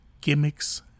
gimmicks